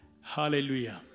Hallelujah